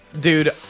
Dude